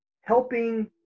helping